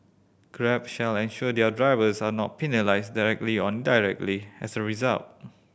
Grab shall ensure their drivers are not penalised directly or indirectly as a result